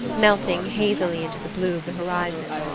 melting hazily into the blue of the horizon.